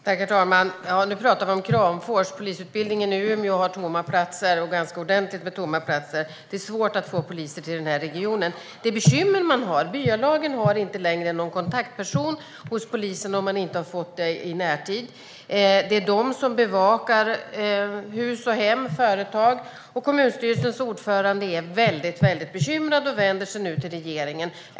Herr talman! Nu talar vi om Kramfors. Polisutbildningen i Umeå har ganska ordentligt med tomma platser. Det är svårt att få poliser till regionen. Det bekymmer man har är att byalagen inte längre har någon kontaktperson hos polisen, om man inte har fått det i närtid. Det är de som bevakar hus, hem och företag. Kommunstyrelsens ordförande är väldigt bekymrad och vänder sig nu till regeringen.